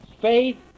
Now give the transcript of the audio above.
faith